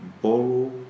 borrow